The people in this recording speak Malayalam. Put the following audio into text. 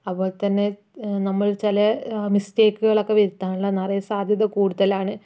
അതുപോലെത്തന്നെ നമ്മൾ ചില മിസ്റ്റേക്കുകളൊക്കെ വരുത്താനുള്ള നിറയെ സാധ്യത കൂടുതലാണ്